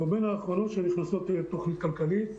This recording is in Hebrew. או בין האחרונות שנכנסות לתכנית כלכלית,